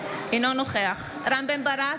נוכח רם בן ברק,